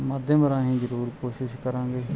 ਮਾਧਿਆਮ ਜਰੂਰ ਕੋਸ਼ਿਸ਼ ਕਰਾਂਗੇ